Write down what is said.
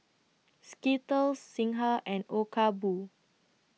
Skittles Singha and Obaku